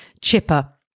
chipper